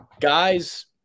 guys